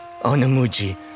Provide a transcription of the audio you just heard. Onamuji